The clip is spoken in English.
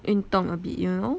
运动 a bit you know